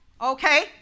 Okay